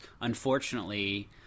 unfortunately